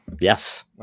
Yes